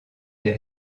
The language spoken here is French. des